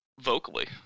vocally